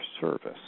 service